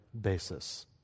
basis